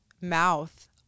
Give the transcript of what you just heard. mouth